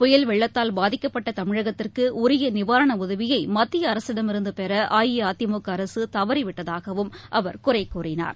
புயல் வெள்ளத்தால் பாதிக்கப்பட்ட தமிழகத்திற்கு உரிய நிவாரண உதவியை மத்திய அரசிடம் இருந்து பெற அதிமுக அரசு தவறிவிட்டதாகவும் அவர் குறை கூறினார்